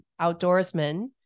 outdoorsman